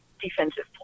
defensive